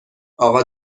اقا